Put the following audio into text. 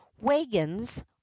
wagons